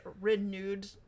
renewed